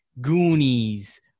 Goonies